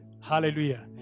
Hallelujah